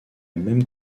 même